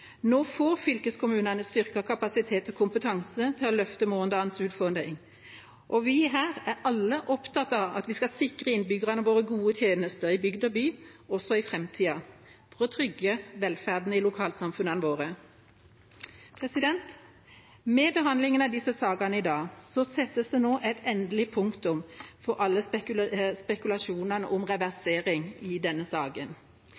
Nå får fylkeskommunene styrket kapasitet og kompetanse til å løfte morgendagens utfordringer. Og vi her er alle opptatt av at vi skal sikre innbyggerne våre gode tjenester, i bygd og by, også i framtida, for å trygge velferden i lokalsamfunnene våre. Med behandlingen av disse sakene i dag settes det nå et endelig punktum for alle spekulasjonene om reversering i denne saken.